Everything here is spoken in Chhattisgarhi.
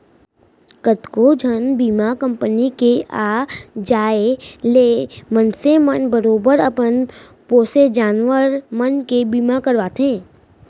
कतको कन बीमा कंपनी के आ जाय ले मनसे मन बरोबर अपन पोसे जानवर मन के बीमा करवाथें